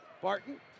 Barton